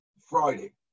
Friday